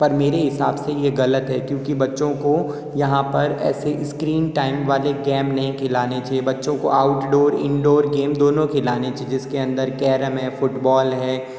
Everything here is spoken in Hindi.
पर मेरे हिसाब से ये गलत है क्योंकि बच्चों को यहाँ पर ऐसे स्क्रीन टाइम वाले गेम नहीं खिलाने चाहिए बच्चों को आउटडोर इनडोर गेम दोनों खिलाने च जिसके अंदर कैरम है फुटबॉल है